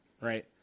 Right